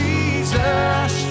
Jesus